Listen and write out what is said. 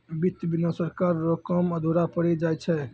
वित्त बिना सरकार रो काम अधुरा पड़ी जाय छै